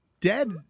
dead